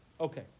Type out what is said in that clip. Okay